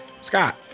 Scott